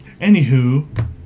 Anywho